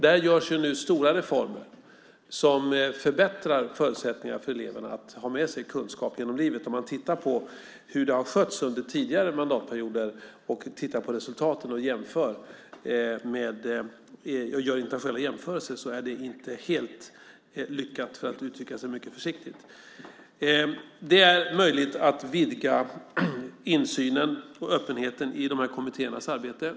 Där görs ju nu stora reformer som förbättrar förutsättningarna för eleverna att ha med sig kunskap genom livet. Om man tittar på hur det har skötts under tidigare mandatperioder, tittar på resultaten och gör internationella jämförelser är det inte helt lyckat, för att uttrycka sig mycket försiktigt. Det är möjligt att vidga insynen och öppenheten i de här kommittéernas arbete.